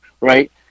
Right